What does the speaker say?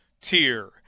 tier